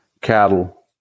cattle